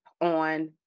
on